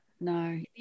no